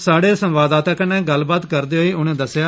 स्हाड़े संवाददाता कन्नै गल्लबात करदे होई उनें दस्सेआ